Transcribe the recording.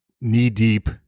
knee-deep